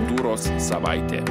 kultūros savaitė